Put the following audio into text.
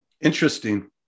Interesting